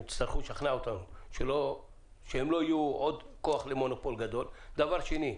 הם יצטרכו לשכנע אותנו שהם לא יהיו עוד כוח למונופול גדול ודבר שני,